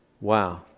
Wow